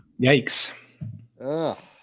Yikes